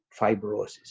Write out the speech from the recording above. fibrosis